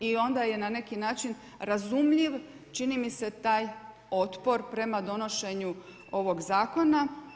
I onda je na neki način razumljiv, čini mi se taj otpor, prema donošenju ovog zakona.